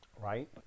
right